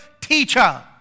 teacher